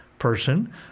person